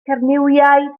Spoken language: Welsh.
cernywiaid